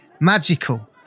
magical